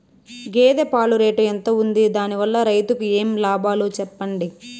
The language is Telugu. గేదె పాలు రేటు ఎంత వుంది? దాని వల్ల రైతుకు ఏమేం లాభాలు సెప్పండి?